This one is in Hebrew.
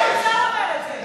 ירדו וירדו.